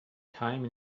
time